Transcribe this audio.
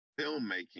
filmmaking